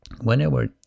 whenever